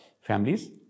families